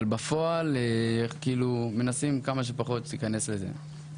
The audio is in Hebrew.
אבל בפועל מנסים כמה שפחות שתיכנס לזה.